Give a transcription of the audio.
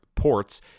Ports